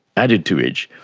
added to which,